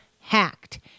hacked